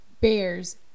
bears